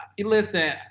Listen